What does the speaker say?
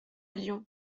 lyon